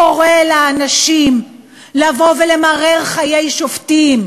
קורא לאנשים לבוא ולמרר חיי שופטים: